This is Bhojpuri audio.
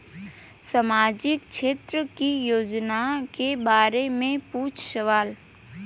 सामाजिक क्षेत्र की योजनाए के बारे में पूछ सवाल?